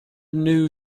new